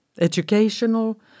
educational